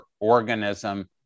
organism